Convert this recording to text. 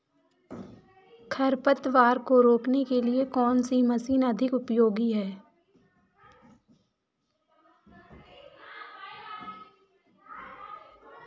खरपतवार को रोकने के लिए कौन सी मशीन अधिक उपयोगी है?